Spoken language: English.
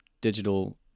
digital